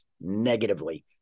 negatively